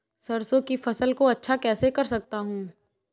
सरसो की फसल को अच्छा कैसे कर सकता हूँ?